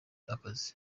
akazi